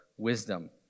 wisdom